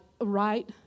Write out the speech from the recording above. right